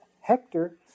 Hector